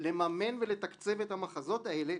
אלוהים